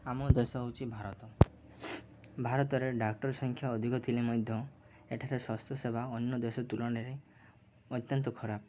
ଆମ ଦେଶ ହେଉଛି ଭାରତ ଭାରତରେ ଡ଼ାକ୍ତର ସଂଖ୍ୟା ଅଧିକ ଥିଲେ ମଧ୍ୟ ଏଠାରେ ସ୍ୱାସ୍ଥ୍ୟ ସେବା ଅନ୍ୟ ଦେଶ ତୁଳନାରେ ଅତ୍ୟନ୍ତ ଖରାପ